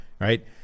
right